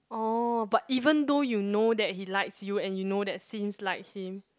oh but even though you know that he likes you and you know that seems like him